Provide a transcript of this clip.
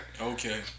Okay